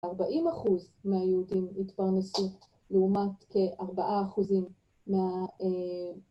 ארבעים אחוז מהיהודים התפרנסו, לעומת כארבעה אחוזים מה...